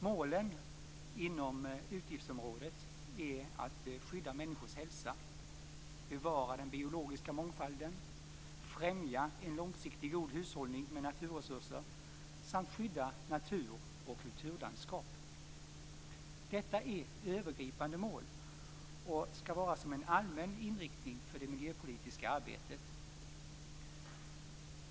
Målen inom utgiftsområdet är att skydda människors hälsa, bevara den biologiska mångfalden, främja en långsiktig god hushållning med naturresurser samt skydda natur och kulturlandskap. Detta är övergripande mål, som skall ge en allmän inriktning av det miljöpolitiska arbetet.